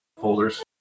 folders